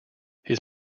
his